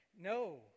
No